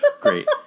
Great